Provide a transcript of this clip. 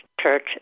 church